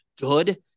good